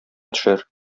төшәр